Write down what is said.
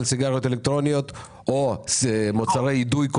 סיגריות אלקטרוניות או מוצרי אידוי?